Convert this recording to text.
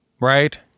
right